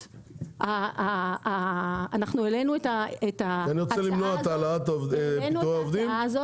אנחנו העלינו את ההצעה הזו --- אני רוצה למנוע את פיטורי העובדים,